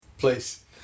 Please